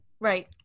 right